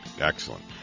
Excellent